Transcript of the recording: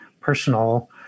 personal